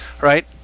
Right